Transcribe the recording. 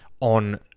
on